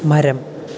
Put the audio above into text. മരം